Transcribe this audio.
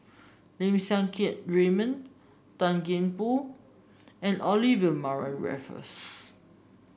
Lim Siang Keat Raymond Gan Thiam Poh and Olivia Mariamne Raffles